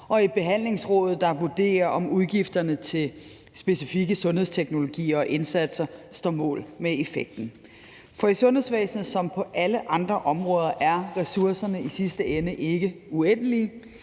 og i Behandlingsrådet, der vurderer, om udgifterne til specifikke sundhedsteknologier og indsatser står mål med effekten. For i sundhedsvæsenet som på alle andre områder er ressourcerne i sidste ende ikke uendelige,